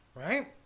Right